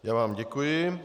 Já vám děkuji.